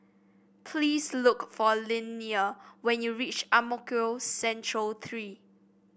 please look for Linnea when you reach Ang Mo Kio Central Three